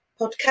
podcast